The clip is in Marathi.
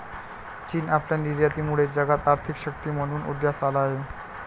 चीन आपल्या निर्यातीमुळे जगात आर्थिक शक्ती म्हणून उदयास आला आहे